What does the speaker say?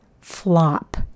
Flop